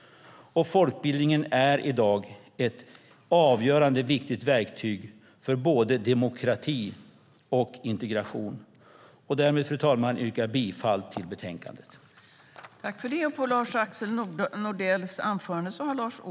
Folkbildningen är i dag ett avgörande viktigt verktyg för både demokrati och integration. Därmed, fru talman, yrkar jag bifall till utskottets förslag.